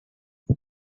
hey